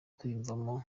kwiyumvamo